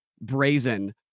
brazen